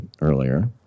earlier